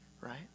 right